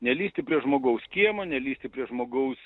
nelįsti prie žmogaus kiemo nelįsti prie žmogaus